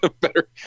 better